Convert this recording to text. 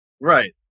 Right